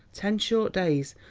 ten short days,